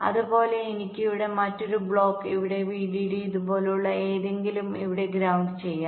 അതുപോലെ എനിക്ക് ഇവിടെ മറ്റൊരു ബ്ലോക്ക് ഇവിടെ വിഡിഡി ഇതുപോലുള്ള എന്തെങ്കിലും ഇവിടെ ഗ്രൌണ്ട് ചെയ്യാം